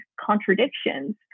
contradictions